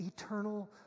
eternal